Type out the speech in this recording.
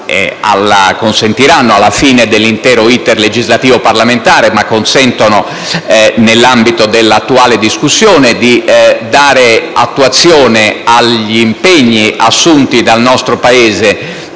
consentiranno alla fine dell'intero *iter* legislativo parlamentare - ma consentono nell'ambito dell'attuale discussione - di dare piena attuazione agli impegni assunti dal nostro Paese